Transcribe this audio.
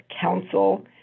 council